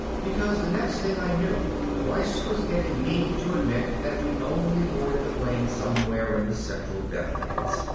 because the next thing i knew the voice was getting me to admit that we'd only boarded the plane somewhere in the central deathlands.